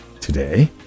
today